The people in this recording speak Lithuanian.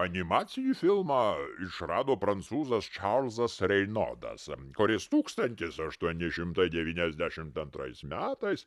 animacinį filmą išrado prancūzas čarlzas reinodas kuris tūkstantis aštuoni šimtai devyniasdešim antrais metais